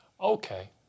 Okay